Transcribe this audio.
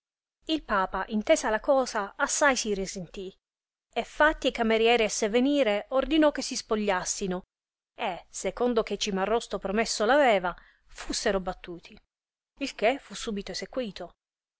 il papa intesa la cosa assai si risentì e fatti e camerieri a sé venire ordinò che si spogliassino e secondo che cimarosto promesso l'aveva fussero battuti il che fu subito essequito